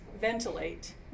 ventilate